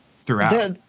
throughout